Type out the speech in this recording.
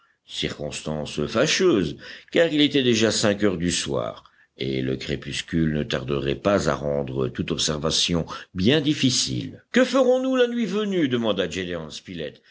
circonstance fâcheuse car il était déjà cinq heures du soir et le crépuscule ne tarderait pas à rendre toute observation bien difficile que ferons-nous la nuit venue demanda gédéon spilett